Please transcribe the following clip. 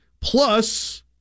plus